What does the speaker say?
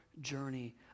journey